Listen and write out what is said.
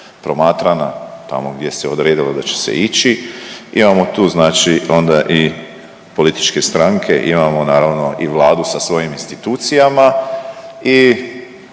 promatrana, tamo gdje se odredilo da će se ići, imamo tu znači onda i političke stranke, imamo naravno i Vladu sa svojim institucijama i